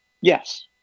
Yes